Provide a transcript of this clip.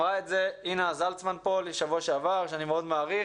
אינה זלצמן שאני מאוד מעריך